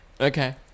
Okay